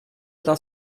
darf